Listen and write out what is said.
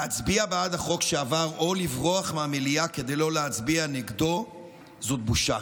להצביע בעד החוק שעבר או לברוח מהמליאה כדי לא להצביע נגדו זה בושה,